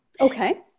Okay